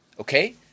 Okay